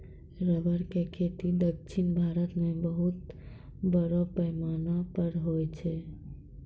rubber के खेती दक्षिण भारत मॅ बहुत बड़ो पैमाना पर होय छै